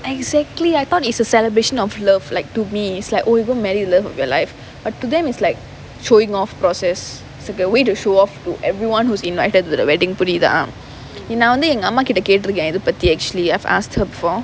exactly I thought it's a celebration of love like to me it's like oh you're going to marry the love of your life but to them is like showing off process it's like a way to show off to everyone who was invited to the wedding புரியுதா நா வந்து எங்க அம்மா கிட்ட கேட்டிருக்கேன் இது பத்தி:puriyuthaa naa vanthu enga amma kitta kettirukkaen ithu pathi actually I have asked her before